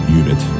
unit